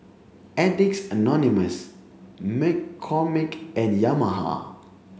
addicts Anonymous McCormick and Yamaha